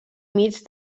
mig